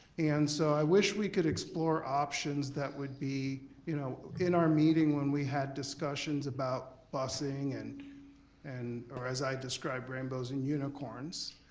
and so i wish we could explore options that would be you know in our meeting when we had discussions about busing and and or as i described, rainbows and unicorns.